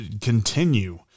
continue